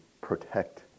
protect